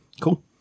cool